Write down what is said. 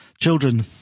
children